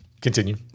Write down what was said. continue